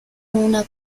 una